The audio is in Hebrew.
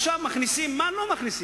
עכשיו מכניסים, מה לא מכניסים: